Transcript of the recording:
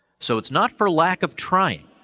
so, it's not for lack of trying.